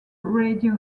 radio